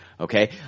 Okay